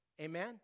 Amen